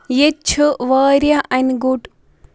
ییٚتہِ چھُ واریاہ اَنہِ گوٚٹ